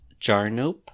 Jarnope